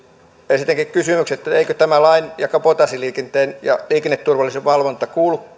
esitänkin kysymyksen eikö tämän lain ja kabotaasiliikenteen ja liikenneturvallisuuden valvonnan